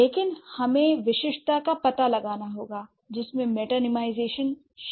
लेकिन हमें विशिष्टता का पता लगाना होगा जिसमें मेटानीमाईजेशन शामिल हो